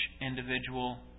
individual